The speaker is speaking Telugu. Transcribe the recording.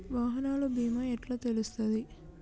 వాహనాల బీమా ఎట్ల తెలుస్తది?